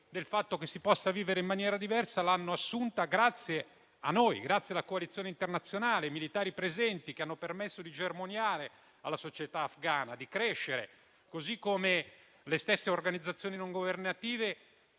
del fatto che si possa vivere in maniera diversa, l'hanno assunta grazie a noi, grazie alla coalizione internazionale, ai militari presenti che hanno permesso alla società afgana di germogliare e di crescere, così come le stesse organizzazioni non governative